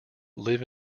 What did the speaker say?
live